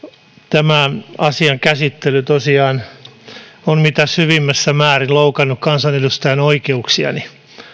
tämä asian käsittely tosiaan on mitä syvimmässä määrin loukannut kansanedustajan oikeuksiani